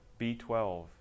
B12